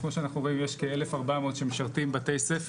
אז כמו שאנחנו רואים יש כ-1,400 שמשרתים בתי-ספר